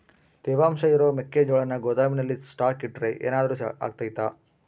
ತೇವಾಂಶ ಇರೋ ಮೆಕ್ಕೆಜೋಳನ ಗೋದಾಮಿನಲ್ಲಿ ಸ್ಟಾಕ್ ಇಟ್ರೆ ಏನಾದರೂ ಅಗ್ತೈತ?